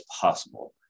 possible